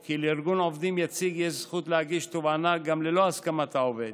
כי לארגון עובדים יציג יש זכות להגיש תובענה גם ללא הסכמת העובד,